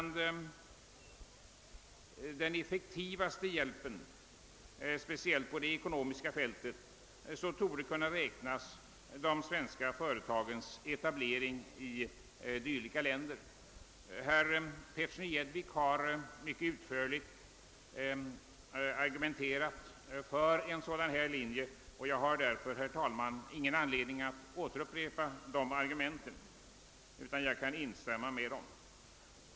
Till den mest effektiva hjälpen, speciellt på det ekonomiska fältet, torde kunna räknas de svenska företagens etablering i sådana länder. Herr Petersson i Gäddvik har mycket utförligt argumenterat för en sådan linje, varför jag inte har någon anledning att upprepa dessa argument, utan jag skall bara instämma i dem.